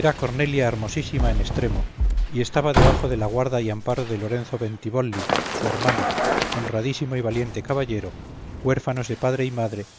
era cornelia hermosísima en estremo y estaba debajo de la guarda y amparo de lorenzo bentibolli su hermano honradísimo y valiente caballero huérfanos de padre y madre